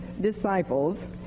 disciples